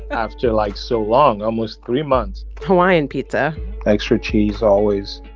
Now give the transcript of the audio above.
after, like, so long almost three months hawaiian pizza extra cheese always.